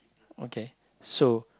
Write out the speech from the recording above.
okay so